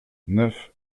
neuf